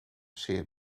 zeer